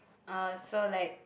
uh so like